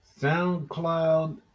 SoundCloud